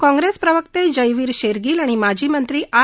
कांग्रेसचे प्रवक्ते जयवीर शेरगील आणि माजी मंत्री आर